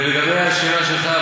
לגבי השאלה שלך,